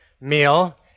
meal